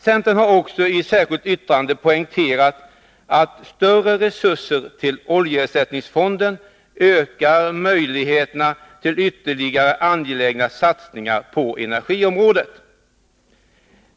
Centern har också i ett särskilt yttrande poängterat att större resurser till oljeersättningsfonden ökar möjligheterna till ytterligare angelägna satsningar på energiområdet.